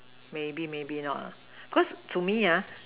maybe maybe not ah because to me ah